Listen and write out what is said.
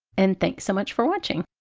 and thanks so much for watching!